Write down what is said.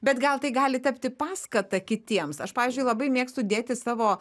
bet gal tai gali tapti paskata kitiems aš pavyzdžiui labai mėgstu dėti savo